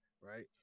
right